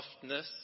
softness